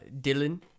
Dylan